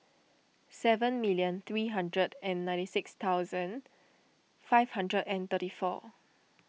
seven million three hundred and ninety six thousand five hundred and thirty four